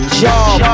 job